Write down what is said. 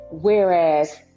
whereas